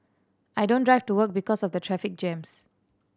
I don't drive to work because of the traffic jams